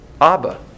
Abba